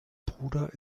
bruder